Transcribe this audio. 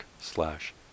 slash